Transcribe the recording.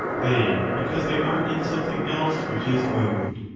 they because they are in something else which is moved.